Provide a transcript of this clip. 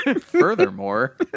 furthermore